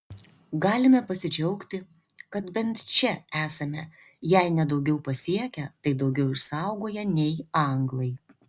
galime pasidžiaugti kad bent čia esame jei ne daugiau pasiekę tai daugiau išsaugoję nei anglai